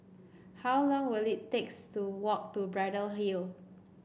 how long will it takes to walk to Braddell Hill